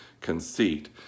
conceit